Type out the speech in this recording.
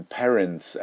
parents